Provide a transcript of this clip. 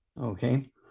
Okay